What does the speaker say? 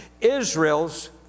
Israel's